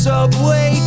Subway